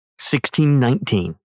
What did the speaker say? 1619